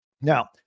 Now